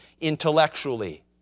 intellectually